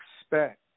expect